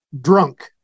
drunk